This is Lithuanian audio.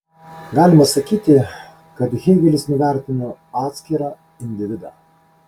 galima sakyti kad hėgelis nuvertino atskirą individą